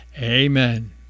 amen